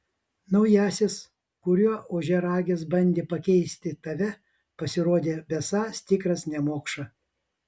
naujasis kuriuo ožiaragis bandė pakeisti tave pasirodė besąs tikras nemokša